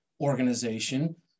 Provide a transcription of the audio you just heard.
organization